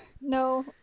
No